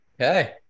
Okay